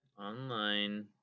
Online